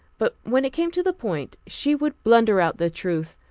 but when it came to the point, she would blunder out the truth.